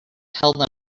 tell